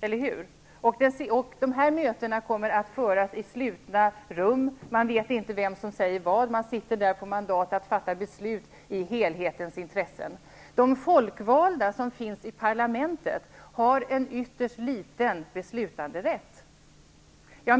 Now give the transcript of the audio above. Eller hur? Mötena kommer att föras i slutna rum. Man vet inte vem som säger vad. Man sitter med mandat att fatta beslut i helhetens intressen. De folkvalda som sitter i parlamentet har en ytterst liten beslutanderätt. I